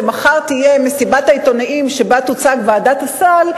כשתהיה מסיבת העיתונאים שבה תוצג ועדת הסל,